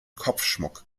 kopfschmuck